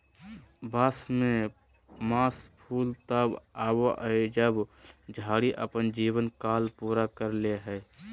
बांस में मास फूल तब आबो हइ जब झाड़ी अपन जीवन काल पूरा कर ले हइ